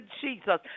Jesus